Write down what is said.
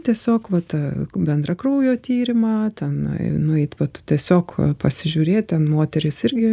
tiesiog va tą bendrą kraujo tyrimą tenai nueit vat tiesiog pasižiūrėt ten moterys irgi